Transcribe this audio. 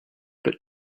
but